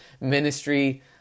ministry